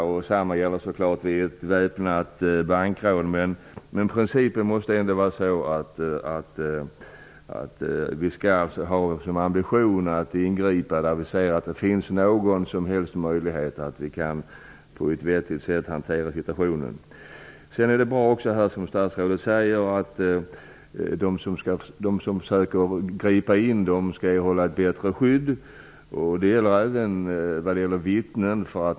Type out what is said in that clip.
Detsamma gäller så klart vid ett väpnat bankrån. Men principen måste ändå vara att vi skall ha som ambition att ingripa där vi ser att det finns någon som helst möjlighet för oss att på ett vettigt sätt hantera situationen. Det är bra att statsrådet säger att de som griper in skall erhålla ett bättre skydd. Det borde även gälla vittnen.